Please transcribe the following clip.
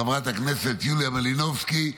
חברת הכנסת יוליה מלינובסקי,